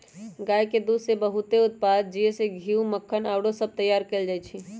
गाय के दूध से बहुते उत्पाद जइसे घीउ, मक्खन आउरो सभ तइयार कएल जाइ छइ